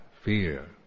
fear